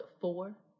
four